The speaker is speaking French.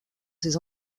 ses